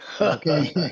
Okay